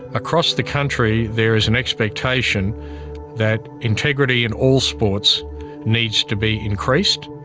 across the country there is an expectation that integrity in all sports needs to be increased.